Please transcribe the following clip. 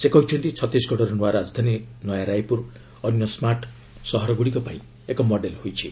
ସେ କହିଛନ୍ତି ଛତିଶଗଡର ନୂଆ ରାଜଧାନ ନୟାରାୟପୁର ଅନ୍ୟ ସ୍କାର୍ଟ ସିଟିଗୁଡ଼ିକ ପାଇଁ ଏକ ମଡେଲ ହୋଇଛି